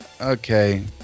okay